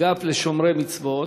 אגף לשומרי מצוות,